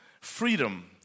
freedom